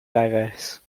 diverse